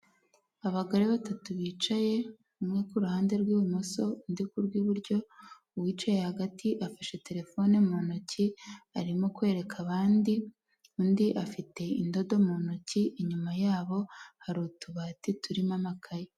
Abagore batatu bicaye umwe kuhande rw'ibumoso undi ku rw'iburyo uwicaye, hagati afashe terefone mu ntoki arimo kwereka abandi, undi afite indodo mu ntoki inyuma yabo hari utubati turimo amakaye.